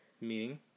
Meaning